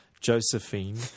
Josephine